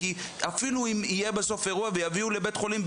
כי אפילו אם יהיה בסוף אירוע ויביאו לבית חולים,